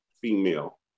female